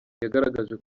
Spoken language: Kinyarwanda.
yagaragaje